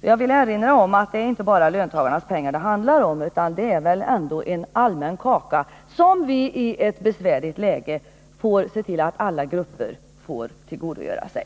men jag vill erinra om att det inte bara är löntagarnas pengar det handlar om, utan detta är väl ändå en allmän kaka, som vi i ett besvärligt läge får se till att alla grupper kan tillgodogöra sig.